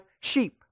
sheep